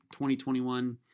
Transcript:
2021